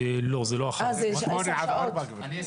לא, זה לא אחר הצהריים --- אה זה עשר שעות, כן.